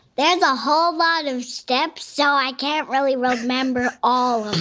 there's a whole lot of steps, so i can't really remember all